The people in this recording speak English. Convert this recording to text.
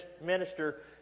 minister